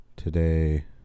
Today